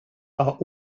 are